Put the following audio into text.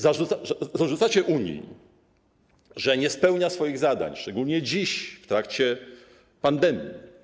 Zarzucacie Unii, że nie spełnia swoich zadań, szczególnie dziś, w trakcie pandemii.